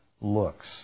looks